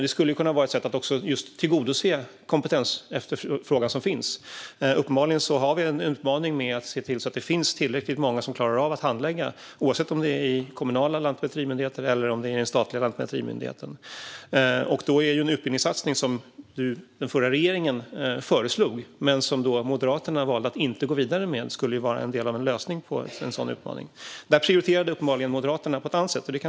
Det skulle kunna vara ett sätt att tillgodose den kompetensefterfrågan som finns. Vi har uppenbarligen en utmaning när det gäller att se till att det finns tillräckligt många som klarar av att handlägga, oavsett om det är i kommunala lantmäterimyndigheter eller i den statliga lantmäterimyndigheten. En utbildningssatsning, som den förra regeringen föreslog men som Moderaterna valde att inte gå vidare med, skulle vara en del av en lösning på en sådan utmaning. Där prioriterade Moderaterna uppenbarligen på ett annat sätt.